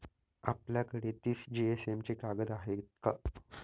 आपल्याकडे तीस जीएसएम चे कागद आहेत का?